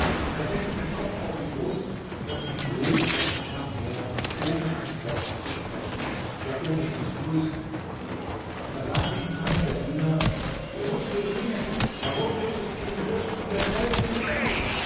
er senkte den kopf auf die brust und ging ruhig vor hischam her ohne ein wort zu sprechen ja ohne ihn zu grüßen da sagte ihm einer der diener du hundsbeduine warum grüßest du den fürsten der gläubigen nicht